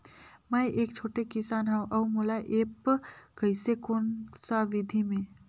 मै एक छोटे किसान हव अउ मोला एप्प कइसे कोन सा विधी मे?